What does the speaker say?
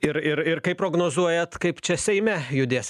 ir ir ir kaip prognozuojat kaip čia seime judės